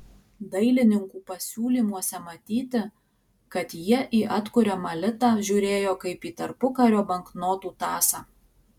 dailininkų pasiūlymuose matyti kad jie į atkuriamą litą žiūrėjo kaip į tarpukario banknotų tąsą